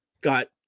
got